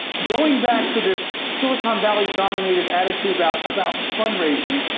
going back to this silicon valley dominated attitude about about fundraising,